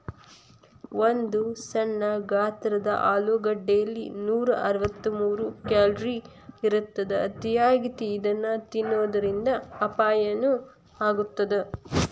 ಒಂದು ಸಣ್ಣ ಗಾತ್ರದ ಆಲೂಗಡ್ಡೆಯಲ್ಲಿ ನೂರಅರವತ್ತಮೂರು ಕ್ಯಾಲೋರಿ ಇರತ್ತದ, ಅತಿಯಾಗಿ ಇದನ್ನ ತಿನ್ನೋದರಿಂದ ಅಪಾಯನು ಆಗತ್ತದ